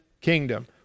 kingdom